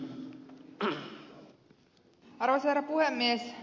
arvoisa herra puhemies